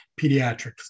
pediatrics